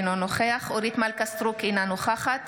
אינו נוכח אורית מלכה סטרוק, אינה נוכחת